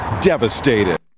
devastated